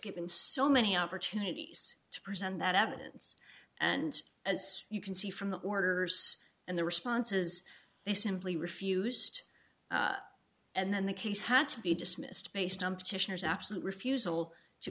given so many opportunities to present that evidence and as you can see from the orders and the responses they simply refused and then the case had to be dismissed based on petitioners absolute refusal to